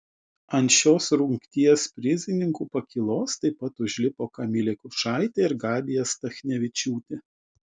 ant šios rungties prizininkų pakylos taip pat užlipo kamilė kučaitė ir gabija stachnevičiūtė